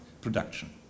production